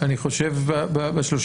אני חושב שב-31